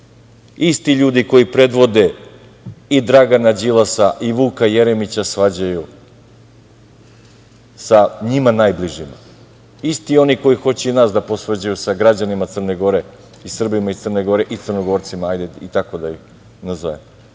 isti ljudi koji predvode i Dragana Đilasa i Vuka Jeremića svađaju sa njima najbližima, isti oni koji hoće i nas da posvađaju sa građanima Crne Gore i Srbima iz Crne Gore i Crnogorcima, ajde i tako da ih nazovem. Evo,